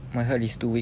my heart is too weak